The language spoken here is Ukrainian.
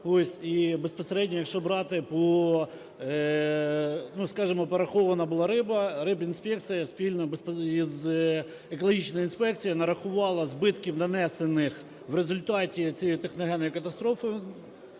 І безпосередньо, якщо брати по… скажімо, порахована була риба, рибінспекція спільно з екологічною інспекцією нарахувала збитків, нанесених в результаті цієї техногенної катастрофи,